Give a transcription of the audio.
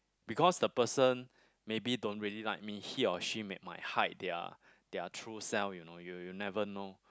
because the person maybe don't really like me he or she may might hide their their true self you know you you never know